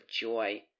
joy